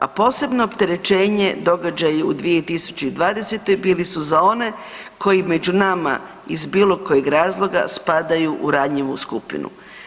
A posebno opterećenje događaji u 2020. bili su za one koji među nama iz bilo kojeg razloga spadaju u ranjivu skupinu.